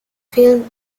filmed